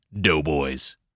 Doughboys